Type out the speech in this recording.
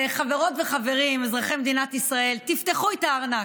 חברות וחברים, אזרחי מדינת ישראל, תפתחו את הארנק.